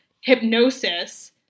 Hypnosis